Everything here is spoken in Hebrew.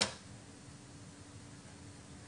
שבעוד עשרה ימים